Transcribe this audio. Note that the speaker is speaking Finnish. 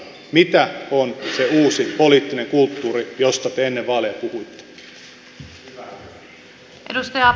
mitä on se uusi poliittinen kulttuuri josta te ennen vaaleja puhuitte